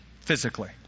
Physically